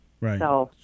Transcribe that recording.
Right